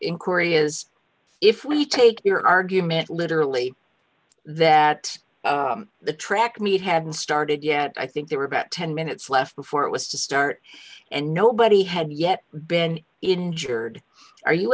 in korea is if we take your argument literally that the track meet hadn't started yet i think there were about ten minutes left before it was to start and nobody had yet been injured are you